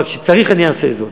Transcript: אבל כשצריך אני אעשה זאת.